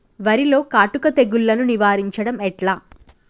వరిలో కాటుక తెగుళ్లను నివారించడం ఎట్లా?